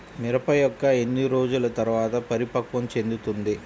మిరప మొక్క ఎన్ని రోజుల తర్వాత పరిపక్వం చెందుతుంది?